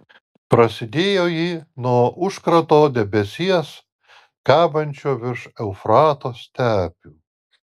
prasidėjo ji nuo užkrato debesies kabančio virš eufrato stepių